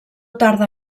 tarda